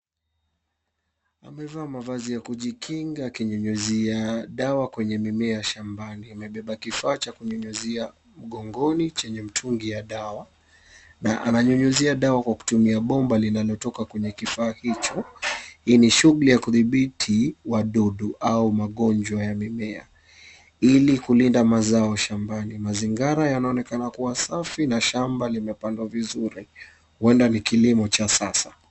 Amevaa mavazi ya kujikinga akinyunyuzia dawa kwenye mimea shambani. Amebeba kifaa cha kunyunyuzia mgongoni chenye mtungi ya dawa na ananyunyuzia dawa kwa kutumia bomba linalotoka kwenye kifaa hicho. Hii ni shughuli ya kudhibiti wadudu au magonjwa ya mimea ili kulinda mazao shambani. Mazingara yanaonekana kuwa safi na shamba limepandwa vizuri huenda ni kilimo cha sasa.